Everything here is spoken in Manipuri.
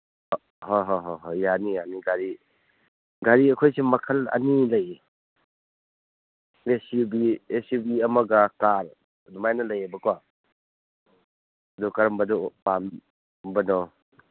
ꯍꯣꯏ ꯍꯣꯏ ꯍꯣꯏ ꯌꯥꯅꯤ ꯌꯥꯅꯤ ꯒꯥꯔꯤ ꯒꯥꯔꯤ ꯑꯩꯈꯣꯏꯁꯤ ꯃꯈꯜ ꯑꯅꯤ ꯂꯩꯌꯦ S U V S U V ꯑꯃꯒ ꯀꯥꯔ ꯑꯗꯨꯃꯥꯏꯅ ꯂꯩꯌꯦꯕꯀꯣ ꯑꯗꯨ ꯀꯔꯝꯕꯗꯨ ꯄꯥꯝꯕꯅꯣ